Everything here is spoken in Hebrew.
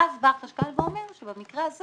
ואז החשכ"ל אומר שהמקרה הזה